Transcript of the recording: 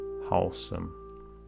wholesome